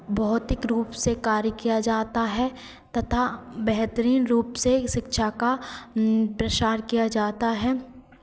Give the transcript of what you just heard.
भौतिक रूप से कार्य किया जाता है तथा बेहतरीन रूप से शिक्षा का प्रसार किया जाता है